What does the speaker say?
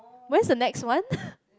when is the next one